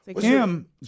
Kim